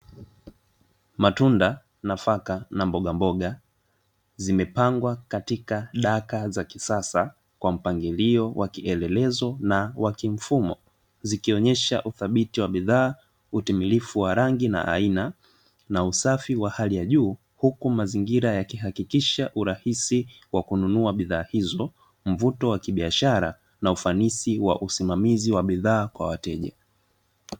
Matunda, nafaka na mbogamboga; zimepangwa katika daka za kisasa kwa mpangilio wa kielelezo na wa kimfumo; zikionyesha uthabiti wa bidhaa, utimilifu wa rangi na aina na usafi wa hali ya juu, huku mazingira yakihakikisha urahisi wa kununua bidhaa hizo, mvuto wa kibiashara na ufanisi wa usimamizi wa bidhaa kwa wateja.